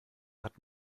hat